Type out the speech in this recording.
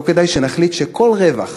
לא כדאי שנחליט שכל רווח